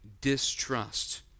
distrust